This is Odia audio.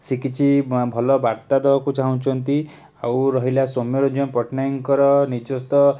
ସେ କିଛି ଅଁ ଭଲ ବାର୍ତ୍ତା ଦବାକୁ ଚାହୁଁଛନ୍ତି ଆଉ ରହିଲା ସୋମ୍ୟରଞ୍ଜନ ପଟ୍ଟନାୟକଙ୍କର ନିଜସ୍ତ